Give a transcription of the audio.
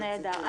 נהדר.